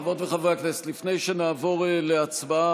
חברות וחברי הכנסת, לפני שנעבור להצבעה